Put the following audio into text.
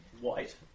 white